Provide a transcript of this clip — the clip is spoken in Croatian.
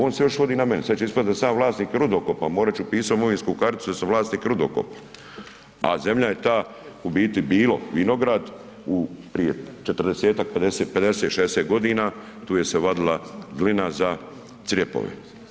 On se još vodi na meni, sad će ispast da sam ja vlasnik rudokopa, morat ću pisat u imovinsku karticu da sam vlasnik rudokop, a zemlja je ta u biti bilo vinograd prije 40, 50, 60 godina tu je se vadila glina za crijepove.